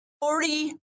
Forty